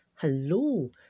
Hello